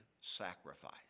sacrifice